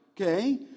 Okay